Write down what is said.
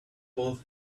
both